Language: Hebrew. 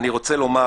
אני רוצה לומר,